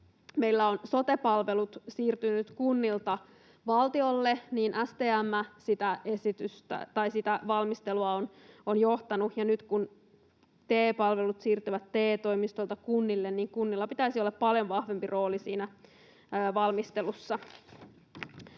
meillä ovat sote-palvelut siirtyneet kunnilta valtiolle, niin STM on johtanut sitä valmistelua, ja nyt kun TE-palvelut siirtyvät TE-toimistoilta kunnille, niin kunnilla pitäisi olla paljon vahvempi rooli siinä valmistelussa.